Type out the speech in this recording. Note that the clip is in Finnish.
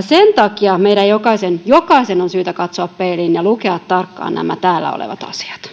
sen takia meidän jokaisen jokaisen on syytä katsoa peiliin ja lukea tarkkaan nämä täällä olevat asiat